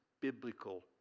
biblical